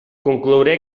conclouré